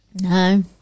No